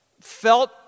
felt